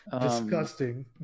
disgusting